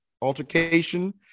altercation